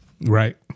Right